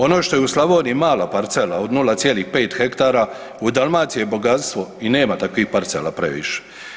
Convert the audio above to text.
Ono što je u Slavoniji mala parcela od 0,5 hektara, u Dalmaciji je bogatstvo i nema takvih parcela previše.